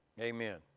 Amen